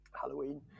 Halloween